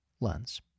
lens